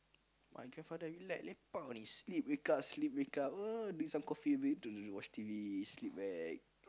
my grandfather relax lepak only sleep wake up sleep wake up drink some coffee a bit watch T_V sleep back